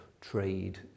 trade